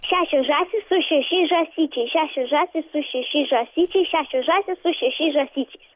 šešios žąsys su šešiais žąsyčiais šešios žąsys su šešiais žąsyčiais šešios žąsys su šešiais žąsyčiais